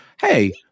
hey